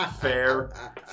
Fair